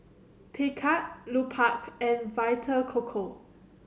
Picard Lupark and Vita Coco